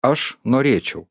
aš norėčiau